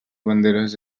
banderes